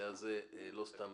אין נמנעים,